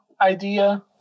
idea